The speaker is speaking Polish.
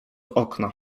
okna